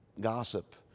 gossip